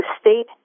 state